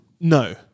No